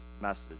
message